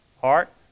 Heart